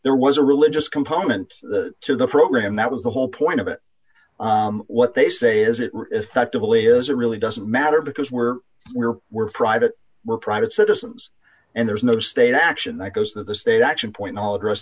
there was a religious component to the program that was the whole point of it what they say is it reflectively is a really doesn't matter because we're we're we're private we're private citizens and there's no state d action that goes that the state action point all address